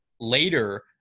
later